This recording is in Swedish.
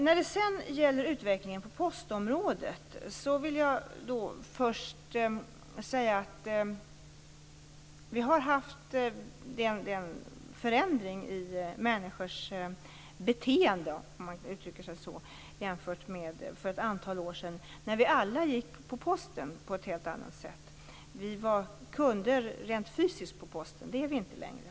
När det sedan gäller utvecklingen på postområdet vill jag först säga att det har skett en förändring i människors beteende, om man uttrycker det så, jämfört med hur det var för ett antal år sedan då vi alla "gick på posten" på ett helt annat sätt. Vi var kunder rent fysiskt på posten. Det är vi inte längre.